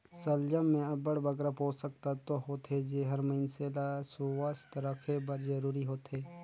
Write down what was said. सलजम में अब्बड़ बगरा पोसक तत्व होथे जेहर मइनसे ल सुवस्थ रखे बर जरूरी होथे